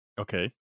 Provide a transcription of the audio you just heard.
Okay